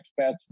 expats